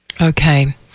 Okay